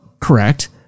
correct